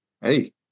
Hey